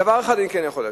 דבר אחד אני כן יכול להגיד,